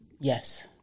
Yes